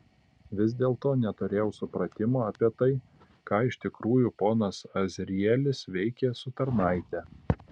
vis dėlto neturėjau supratimo apie tai ką iš tikrųjų ponas azrielis veikia su tarnaite